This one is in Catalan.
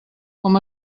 com